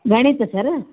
ಗಣಿತ ಸರ್